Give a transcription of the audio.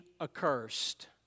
accursed